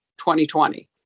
2020